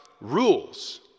rules